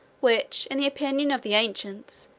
which, in the opinion of the ancients,